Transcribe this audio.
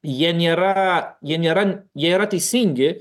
jie nėra jie nėra jie yra teisingi